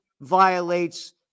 violates